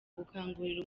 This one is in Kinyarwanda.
gukangurira